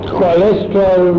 Cholesterol